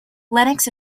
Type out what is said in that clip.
lennox